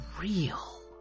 real